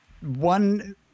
one